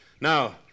Now